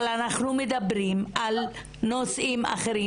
אבל אנחנו מדברים על נושאים אחרים